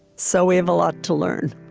so we have a lot to learn.